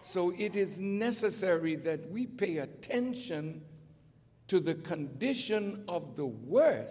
so it is necessary that we pay attention to the condition of the wor